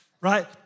Right